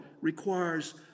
requires